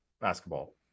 basketball